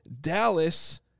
Dallas